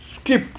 skip